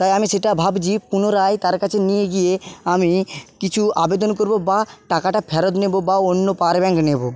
তাই আমি সেটা ভাবছি পুনরায় তার কাছে নিয়ে গিয়ে আমি কিছু আবেদন করবো বা টাকাটা ফেরত নেবো বা অন্য পাওয়ার ব্যাংক নেবো